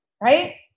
Right